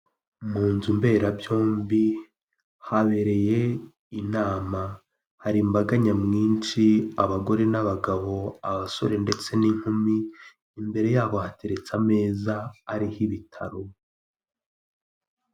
Mu nzu mberabyombi habereye inama, hari imbaga nyamwinshi, abagore n'abagabo, abasore ndetse n'inkumi, imbere yabo hateretse ameza ariho ibitabo,